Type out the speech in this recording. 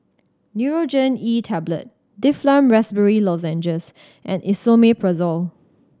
Nurogen E Tablet Difflam Raspberry Lozenges and Esomeprazole